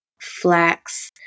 flax